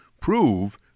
prove